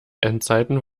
endzeiten